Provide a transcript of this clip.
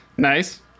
Nice